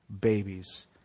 babies